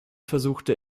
versuchte